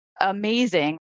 amazing